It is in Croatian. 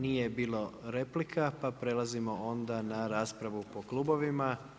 Nije bilo replika, pa prelazimo onda na raspravu po klubovima.